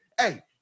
hey